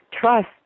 trust